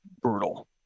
brutal